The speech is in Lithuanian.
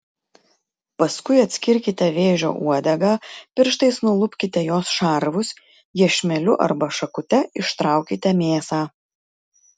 paskui atskirkite vėžio uodegą pirštais nulupkite jos šarvus iešmeliu arba šakute ištraukite mėsą